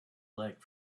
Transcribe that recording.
leg